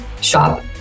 shop